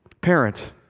Parent